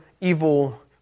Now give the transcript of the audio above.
evil